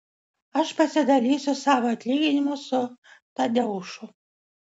aš pasidalysiu savo atlyginimu su tadeušu